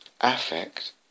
affect